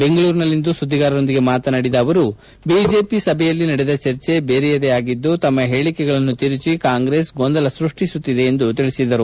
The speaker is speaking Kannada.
ಬೆಂಗಳೂರಿನಲ್ಲಿಂದು ಸುದ್ದಿಗಾರರೊಂದಿಗೆ ಮಾತನಾಡಿದ ಅವರು ಬಿಜೆಪಿ ಸಭೆಯಲ್ಲಿ ನಡೆದ ಚರ್ಚೆ ಬೆರೆಯದೇ ಆಗಿದ್ದು ತಮ್ಮ ಹೇಳಿಕೆಗಳನ್ನು ತಿರುಚಿ ಕಾಂಗ್ರೆಸ್ ಗೊಂದಲ ಸೈಷ್ಷಿಸುತ್ತಿದೆ ಎಂದು ತಿಳಿಸಿದರು